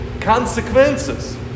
Consequences